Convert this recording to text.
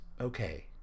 okay